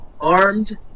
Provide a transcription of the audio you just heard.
armed